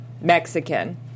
Mexican